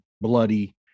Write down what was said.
bloody